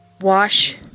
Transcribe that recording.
wash